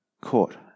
court